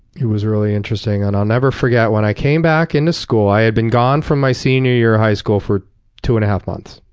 it was really interesting. and i'll never forget, when i came back into school i had been gone from my senior year of high school for two and a half months.